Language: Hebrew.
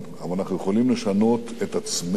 אבל אנחנו יכולים לשנות את עצמנו,